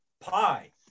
pie